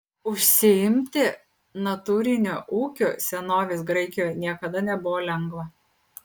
užsiimti natūriniu ūkiu senovės graikijoje niekada nebuvo lengva